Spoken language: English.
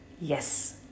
yes